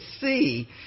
see